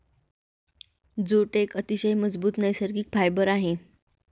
jute एक अतिशय मजबूत नैसर्गिक फायबर आहे